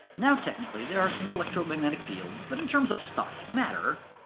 now, technically there are some electromagnetic fields, but in terms of stuff, matter,